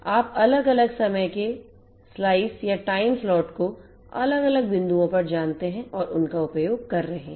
आप अलग अलग समय के स्लाइस या टाइम स्लॉट को अलग अलग बिंदुओं पर जानते हैं और उनका उपयोग कर रहे हैं